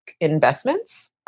investments